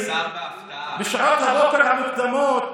בשעות הבוקר המוקדמות,